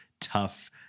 tough